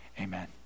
amen